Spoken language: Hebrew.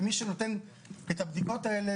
ומי שנותן את הבדיקות האלה,